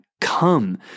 come